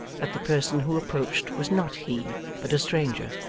that the person who approached was not he, but a stranger